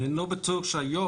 אני לא בטוח שהיום,